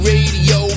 Radio